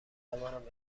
بتوانم